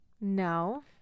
No